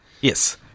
Yes